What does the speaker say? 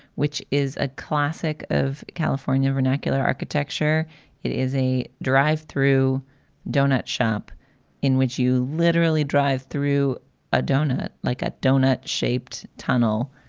which is a classic of california vernacular architecture it is a drive through donut shop in which you literally drive through a doughnut like a doughnut shaped tunnel,